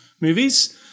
movies